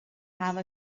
have